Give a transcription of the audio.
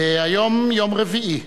היום יום רביעי,